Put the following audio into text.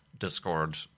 Discord